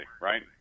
right